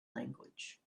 language